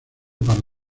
para